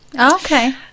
Okay